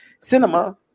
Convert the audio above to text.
cinema